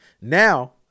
Now